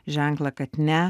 ženklą kad ne